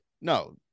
No